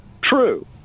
True